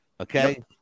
Okay